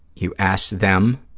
you ask them